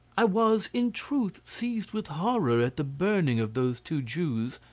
i was in truth seized with horror at the burning of those two jews,